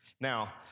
Now